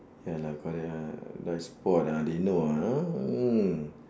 ya lah correct lah right spot ah they know ah